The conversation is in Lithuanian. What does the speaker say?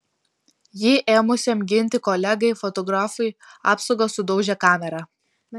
jį ėmusiam ginti kolegai fotografui apsauga sudaužė kamerą